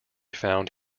found